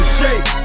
shake